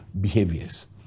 behaviors